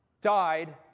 died